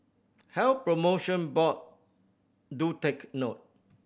Health Promotion Board do take note